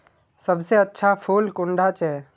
सबसे अच्छा फुल कुंडा छै?